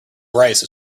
rice